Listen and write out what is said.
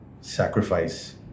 sacrifice